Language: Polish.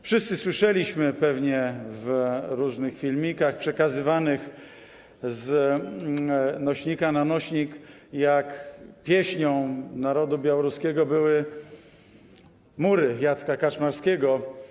Wszyscy słyszeliśmy zapewne w różnych filmikach przekazywanych z nośnika na nośnik, jak pieśnią narodu białoruskiego były „Mury” Jacka Kaczmarskiego.